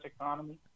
economy